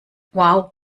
wow